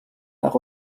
par